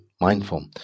Mindful